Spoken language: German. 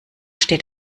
steht